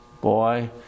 boy